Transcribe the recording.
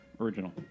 original